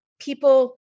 people